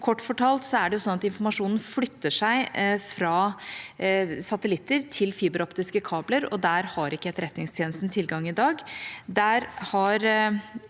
Kort fortalt er det sånn at informasjonen flytter seg fra satellitter til fiberoptiske kabler, og der har ikke Etterretningstjenesten tilgang i dag.